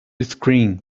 scream